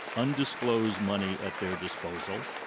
undisclosed money at their disposal,